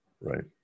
right